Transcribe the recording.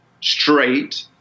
straight